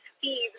thieves